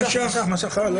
הוא משך.